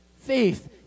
Faith